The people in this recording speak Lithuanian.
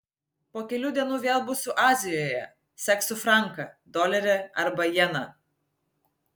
po kelių dienų vėl būsiu azijoje seksiu franką dolerį arba jeną